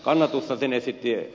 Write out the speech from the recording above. sen esitti ed